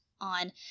on